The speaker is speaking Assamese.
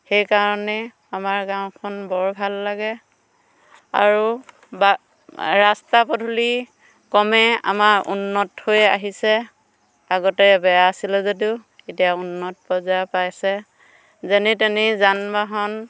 সেইকাৰণে আমাৰ গাঁওখন বৰ ভাল লাগে আৰু বাট ৰাস্তা পদুলি ক্ৰমে আমাৰ উন্নত হৈ আহিছে আগতে বেয়া আছিলে যদিও এতিয়া উন্নত পৰ্যায়ৰ পাইছে যেনি তেনি যান বাহন